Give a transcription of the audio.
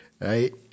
right